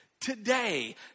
today